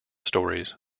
stories